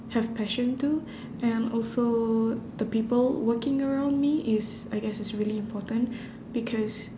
have passion to and also the people working around me is I guess is really important because